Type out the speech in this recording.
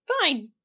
fine